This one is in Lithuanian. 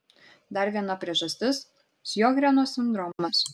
dar viena priežastis sjogreno sindromas